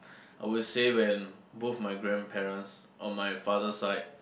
I will say when both my grandparents on my father side